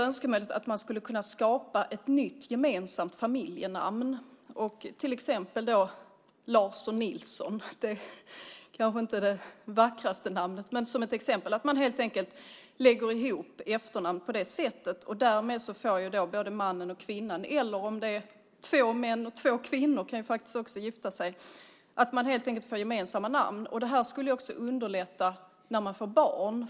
Önskemålet är att man skulle kunna skapa ett nytt gemensamt familjenamn, till exempel Larsson Nilsson, kanske inte det vackraste namnet. Men det är ett exempel på att man helt enkelt lägger ihop efternamnen. Därmed får mannen och kvinnan, eller två män och två kvinnor, ett gemensamt namn. Det skulle underlätta när man får barn.